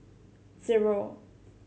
zero